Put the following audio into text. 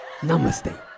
Namaste